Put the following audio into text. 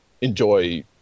enjoy